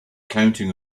counting